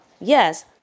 yes